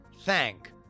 thank